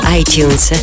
iTunes